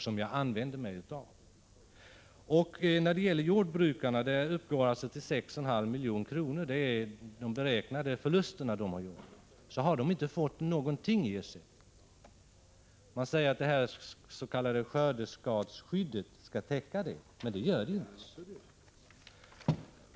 Jordbrukarnas beräknade förluster uppgår till 6,5 milj.kr. De har inte fått någonting i ersättning. Man säger att det s.k. skördeskadeskyddet skall täcka detta, men det gör det inte.